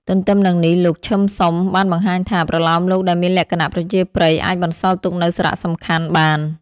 ទន្ទឹមនឹងនេះលោក ឈឹម ស៊ុម បានបង្ហាញថា ប្រលោមលោកដែលមានលក្ខណៈប្រជាប្រិយអាចបន្សល់ទុកនូវសារៈសំខាន់បាន។